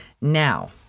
Now